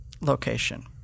location